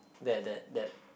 that that that